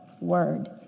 word